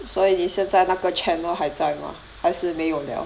所以你现在那个 channel 还在吗还是没有 liao